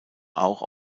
auch